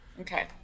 Okay